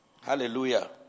Hallelujah